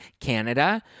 Canada